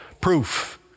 proof